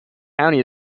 county